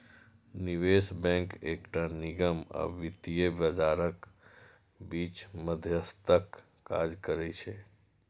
निवेश बैंक एकटा निगम आ वित्तीय बाजारक बीच मध्यस्थक काज करै छै